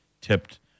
tipped